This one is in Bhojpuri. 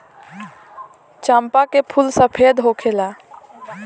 चंपा के फूल सफेद होखेला